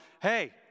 hey